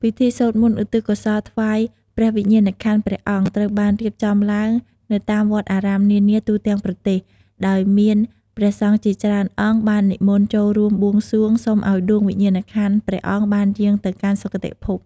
ពិធីសូត្រមន្តឧទ្ទិសកុសលថ្វាយព្រះវិញ្ញាណក្ខន្ធព្រះអង្គ ត្រូវបានរៀបចំឡើងនៅតាមវត្តអារាមនានាទូទាំងប្រទេស ដោយមានព្រះសង្ឃជាច្រើនអង្គបាននិមន្តចូលរួមបួងសួងសុំឱ្យដួងព្រះវិញ្ញាណក្ខន្ធព្រះអង្គបានយាងទៅកាន់សុគតិភព។